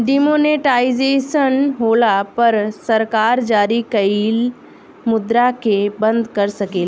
demonetisation होला पर सरकार जारी कइल मुद्रा के बंद कर सकेले